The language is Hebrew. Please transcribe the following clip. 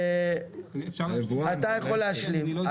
אתה יכול להשלים.